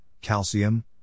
calcium